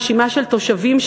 רשימה של תושבים,